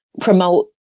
promote